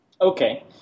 Okay